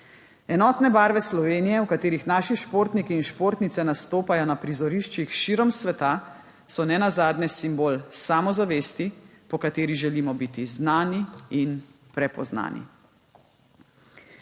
Enotne barve Slovenije, v katerih naši športniki in športnice nastopajo na prizoriščih širom sveta, so nenazadnje simbol samozavesti, po kateri želimo biti znani in prepoznani.